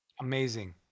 Amazing